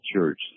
church